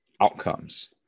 outcomes